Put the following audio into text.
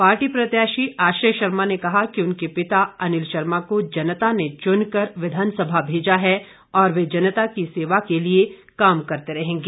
party प्रत्याशी आश्रय शर्मा ने कहा कि उनके पिता अनिल शर्मा को जनता ने चुनकर विधानसभा भेजा है और वे जनता की सेवा के लिए काम करते रहेंगे